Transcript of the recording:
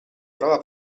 prova